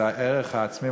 זה הערך העצמי,